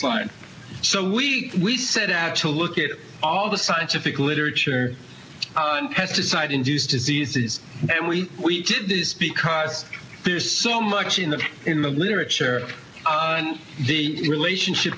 line so we we set out to look at all the scientific literature on pesticide induced diseases and we did this because there's so much in the in the literature on the relationship